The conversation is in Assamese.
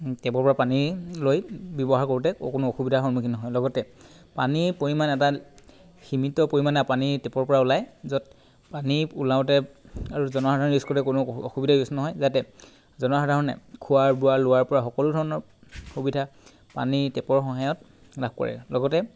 টেপৰ পৰা পানী লৈ ব্যৱহাৰ কৰোঁতে অকণো অসুবিধাৰ সন্মুখীন নহয় আৰু লগতে পানীৰ পৰিমাণ এটা সীমিত পৰিমাণে টেপৰ পৰা ওলায় য'ত পানী ওলাওঁতে আৰু জনসাধাৰণে ইউজ কৰোঁতে কোনো অসুবিধা ইউজ নহয় যাতে জনসাধাৰণে খোৱাৰ বোৱা লোৱাৰ পৰা সকলো ধৰণৰ সুবিধা পানী টেপৰ সহায়ত লাভ কৰে লগতে